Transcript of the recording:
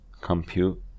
compute